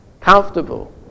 comfortable